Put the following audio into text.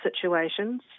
situations